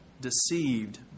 Deceived